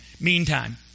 Meantime